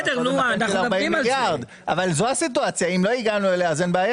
בסדר, הגענו אליה.